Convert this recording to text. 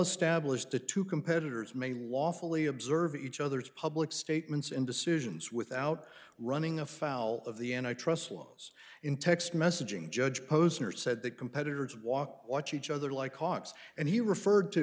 established the two competitors may lawfully observe each other's public statements and decisions without running afoul of the n i trust was in text messaging judge posner said that competitors walk watch each other like hawks and he referred to